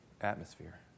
atmosphere